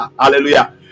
Hallelujah